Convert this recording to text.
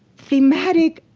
thematic,